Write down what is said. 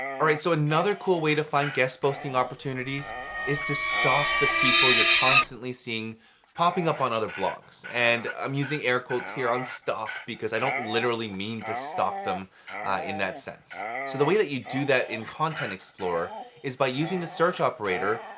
alright, so another cool way to find guest posting opportunities is to stalk the people you're constantly seeing popping up on other blogs. and i'm using air quotes here on stalk because i don't literally mean to stalk them in that sense. so the way that you do that in content explorer is by using the search operator,